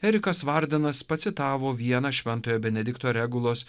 erikas vardenas pacitavo vieną šventojo benedikto regulos